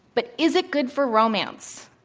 but is it good for romance?